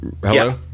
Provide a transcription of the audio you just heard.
hello